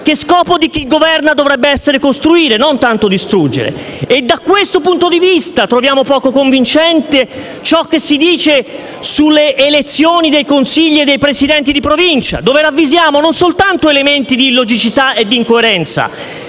lo scopo di chi governa dovrebbe essere costruire e non tanto distruggere. Da questo punto di vista - ad esempio - troviamo poco convincente ciò che si dice sulle elezioni dei consigli e dei presidenti di Provincia, in cui ravvisiamo degli elementi non soltanto di illogicità e di incoerenza,